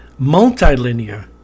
multilinear